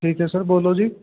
ਠੀਕ ਹੈ ਸਰ ਬੋਲੋ ਜੀ